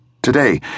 Today